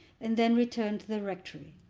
and then returned to the rectory.